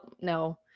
no